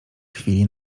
chwili